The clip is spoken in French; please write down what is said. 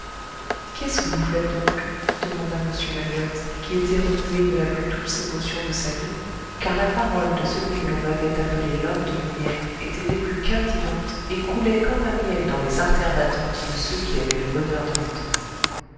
qu'est-ce que vous faites donc demanda m lalouette qui était remué de la plus douce émotion de sa vie car la parole de celui que l'on avait appelé l'homme de lumière était des plus captivantes et coulait comme un miel dans les artères battantes de ceux qui avaient le bonheur de l'entendre